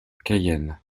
cayenne